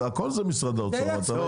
למועצה.